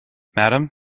madam